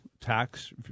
tax